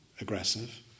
aggressive